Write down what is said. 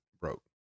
broke